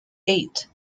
eight